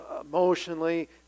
emotionally